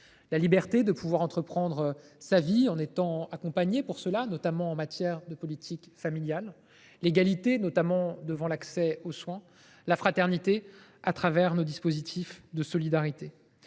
la liberté de pouvoir entreprendre sa vie en étant accompagné, notamment en matière de politique familiale ; l’égalité, notamment devant l’accès aux soins ; la fraternité, au travers des dispositifs de solidarité.